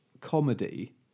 comedy